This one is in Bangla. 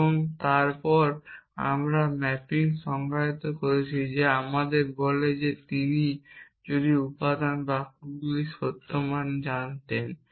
এবং তারপর আমরা ম্যাপিং সংজ্ঞায়িত করেছি যা আমাদের বলে যে তিনি যদি উপাদান বাক্যগুলির সত্য মান জানতেন